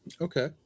Okay